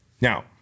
Now